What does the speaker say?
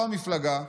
לא המפלגה,